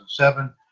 2007